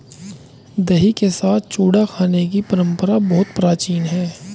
दही के साथ चूड़ा खाने की परंपरा बहुत प्राचीन है